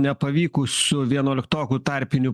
nepavykusių vienuoliktokų tarpinių